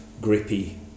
grippy